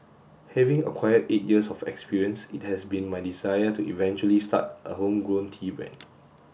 having acquired eight years of experience it has been my desire to eventually start a homegrown tea brand